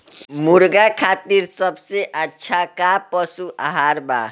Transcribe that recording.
मुर्गा खातिर सबसे अच्छा का पशु आहार बा?